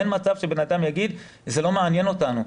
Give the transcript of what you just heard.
אין מצב שבן אדם יגיד שזה לא מעניין אותנו.